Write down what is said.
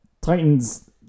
titans